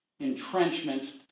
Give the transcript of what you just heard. entrenchment